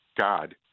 God